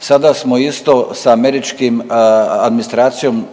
sada smo isto s američkom administracijom,